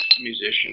musician